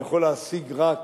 יכול להשיג רק